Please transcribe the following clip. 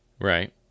Right